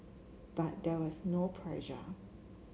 but there was no pressure